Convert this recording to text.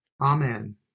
Amen